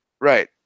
right